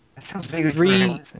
three